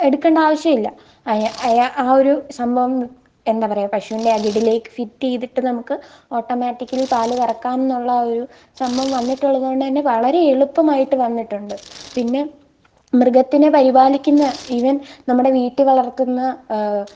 എടുക്കേണ്ട ആവശ്യമില്ല ഒരു സംഭവം എന്താണ് പറയുക പശുവിന്റെ അകിടിലേക്ക് ഫിറ്റ് ചെയ്തിട്ട് നമ്മൾക്ക് ഓട്ടോമാറ്റിക്കിലി പാൽ കറക്കാം എന്നുള്ള ഒരു സംഭവം വന്നിട്ടുള്ളത് കൊണ്ട് തന്നെ വളരെ എളുപ്പമായിട്ട് വന്നിട്ടുണ്ട് പിന്നെ മൃഗത്തിനെ പരിപാലിക്കുന്ന ഈവൻ നമ്മുടെ വീട്ടിൽ വളർത്തുന്ന